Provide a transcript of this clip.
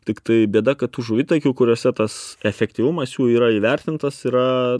tiktai bėda kad tų žuvitakių kuriuose tas efektyvumas jų yra įvertintas yra